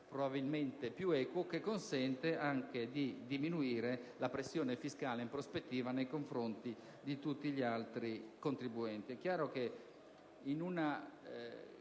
probabilmente più equo, che consente anche di diminuire la pressione fiscale, in prospettiva, nei confronti di tutti gli altri contribuenti.